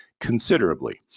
considerably